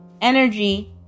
energy